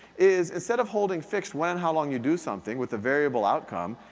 is instead of holding fixed when and how long you do something with a variable outcome,